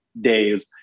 days